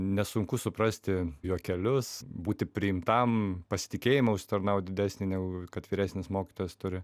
nesunku suprasti juokelius būti priimtam pasitikėjimą užsitarnaut didesnį negu kad vyresnis mokytojas turi